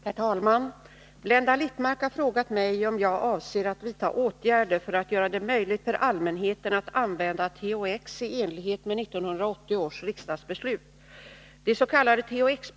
Herr talman! Blenda Littmarck har frågat mig om jag avser att vidta åtgärder för att göra det möjligt för allmänheten att använda THX i enlighet med 1980 års riksdagsbeslut.